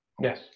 Yes